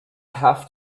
have